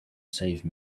save